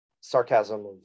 sarcasm